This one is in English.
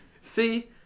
see